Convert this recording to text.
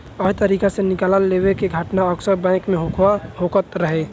अवैध तरीका से निकाल लेवे के घटना अक्सर बैंक में होखत रहे